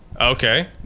Okay